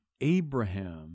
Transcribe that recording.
Abraham